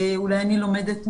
אולי אני לומדת מהם,